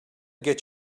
get